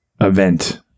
event